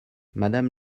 madame